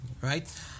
right